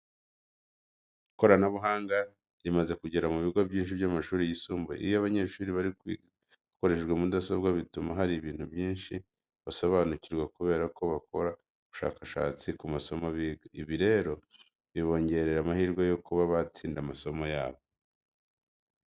Ikoranabuhanga rimaze kugera mu bigo byinshi by'amashuri yisumbuye. Iyo abanyeshuri bari kwiga bakoresheje mudasobwa bituma hari ibintu byinshi basobanukirwa kubera ko bakora ubushakashatsi ku masomo biga. Ibi rero bibongerera amahirwe yo kuba batsinda amasomo yabo.